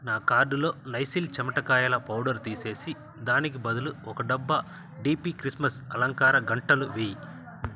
నా కార్టులో నైసిల్ చెమటకాయల పౌడర్ తీసేసి దానికి బదులు ఒక డబ్బా డిపి క్రిస్మస్ అలంకార గంటలు వేయి